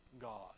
God